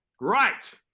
Right